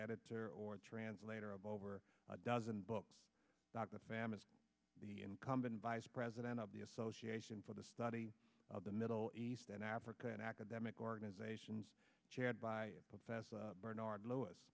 editor or translator of over a dozen books about the famine the incumbent vice president of the association for the study of the middle east and africa an academic organizations chaired by professor bernard lewis